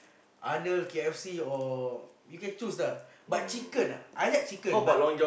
Arnold K_F_C or you can choose lah but chicken ah I like chicken but